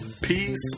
peace